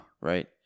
right